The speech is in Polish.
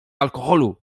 alkoholu